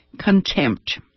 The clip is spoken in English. contempt